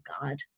God